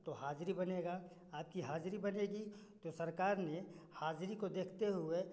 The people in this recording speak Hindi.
तो हाजरी बनेगा आपकी हाजरी बनेगी तो सरकार ने हाजरी को देखते हुए